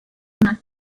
mac